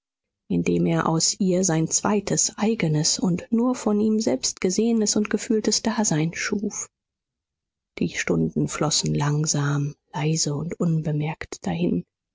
indem er aus ihr sein zweites eigenes und nur von ihm selbst gesehenes und gefühltes dasein schuf die stunden flossen langsam leise und unbemerkt dahin